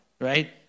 right